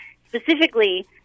specifically